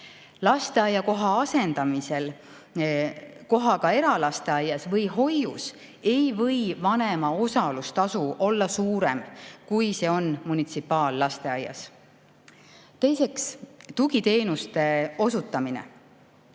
Lasteaiakoha asendamisel kohaga eralasteaias või -hoius ei või vanema osalustasu olla suurem, kui see on munitsipaallasteaias. Teiseks, tugiteenuste osutamine.